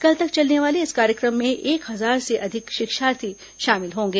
कल तक चलने वाले इस कार्यक्रम में एक हजार से अधिक शिक्षार्थी शामिल होंगे